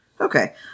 Okay